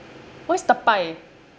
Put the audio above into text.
what is tapai